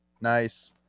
Nice